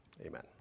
amen